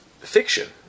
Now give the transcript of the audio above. fiction